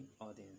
audience